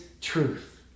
truth